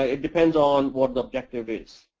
ah it depends on what the objective is.